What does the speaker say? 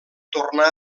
tornar